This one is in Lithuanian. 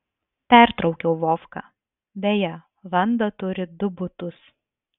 pertraukiau vovką beje vanda turi du butus